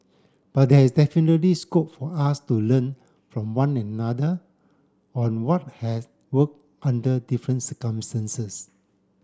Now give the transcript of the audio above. but there is definitely scope for us to learn from one another on what has worked under different circumstances